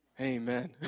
Amen